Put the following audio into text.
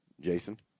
Jason